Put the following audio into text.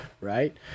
right